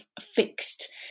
fixed